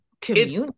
community